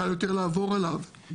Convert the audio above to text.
קל יותר לעבור עליו,